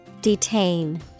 Detain